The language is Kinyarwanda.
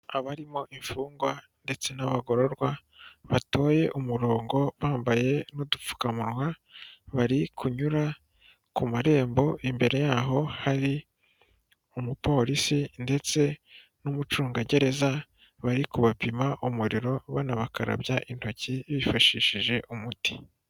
Abarimo imfungwa ndetse n'abagororwa batuye umurongo bambaye n'udupfukamunwa bari kunyura ku marembo, imbere yaho hari umuporisi ndetse n'umucungagereza bari kubapima umuriro banabakarabya intoki bifashishije umuti.